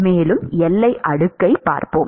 மேலும் எல்லை அடுக்கைப் பார்ப்போம்